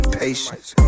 patience